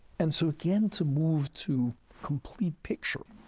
and so again to move to complete picture.